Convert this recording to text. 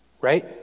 Right